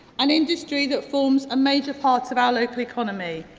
an industry that forms a major part of our local economy.